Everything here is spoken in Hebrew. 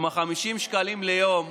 עם ה-50 שקלים ליום,